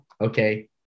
okay